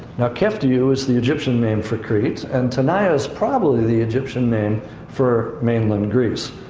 now, keftiu is the egyptian name for crete, and tanaja is probably the egyptian name for mainland greece.